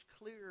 clear